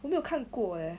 我没有看过 eh